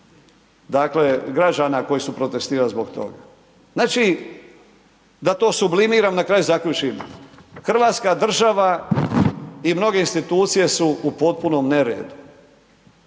dakle, građana koji su protestirali zbog toga. Znači, da to sublimiram, na kraju zaključim. Hrvatska država i mnoge institucije su u potpunom neredu.